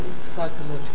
psychological